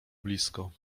blisko